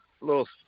little